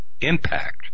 impact